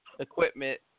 equipment